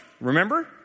Remember